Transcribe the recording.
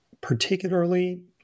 particularly